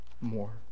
more